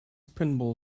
pinball